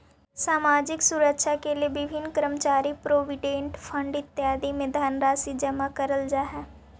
सामाजिक सुरक्षा के लिए विभिन्न कर्मचारी प्रोविडेंट फंड इत्यादि में धनराशि जमा करल जा हई